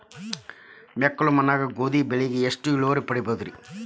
ಮೆಕ್ಕಲು ಮಣ್ಣಾಗ ಗೋಧಿ ಬೆಳಿಗೆ ಎಷ್ಟ ಇಳುವರಿ ಪಡಿಬಹುದ್ರಿ?